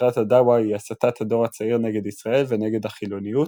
מטרת הדעוה היא הסתת הדור הצעיר נגד ישראל ונגד החילוניות,